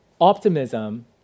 Optimism